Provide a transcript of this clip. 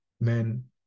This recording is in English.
men